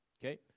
Okay